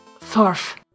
Thorf